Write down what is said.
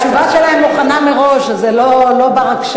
התשובה שלהם מוכנה מראש אז זה לא בר-הקשבה,